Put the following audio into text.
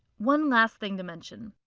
one last thing to mention.